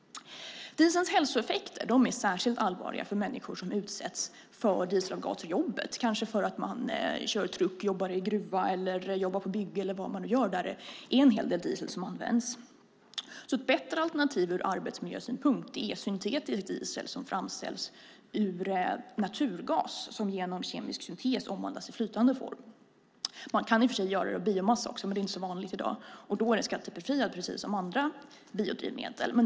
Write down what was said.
Dieselns hälsoeffekter är särskilt allvarliga för människor som utsätts för dieselavgaser på jobbet, kanske för att de kör truck, jobbar i gruva, jobbar på bygge eller någon annanstans där en hel del diesel används. Ett bättre alternativ ur arbetsmiljösynpunkt är syntetisk diesel som framställs ur naturgas som genom kemisk syntes omvandlas till flytande form. Man kan i och för sig göra den av biomassa också, men det är inte så vanligt i dag. Då är den skattebefriad precis som andra biodrivmedel.